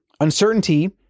uncertainty